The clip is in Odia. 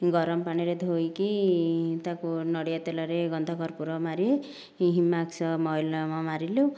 ଗରମ ପାଣିରେ ଧୋଇକି ତାକୁ ନଡ଼ିଆ ତେଲରେ ଗନ୍ଧ କର୍ପୁର ମାରି ହି ହିମାକ୍ସ ମଲମ ମାରିଲୁ